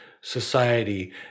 society